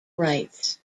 rights